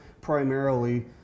primarily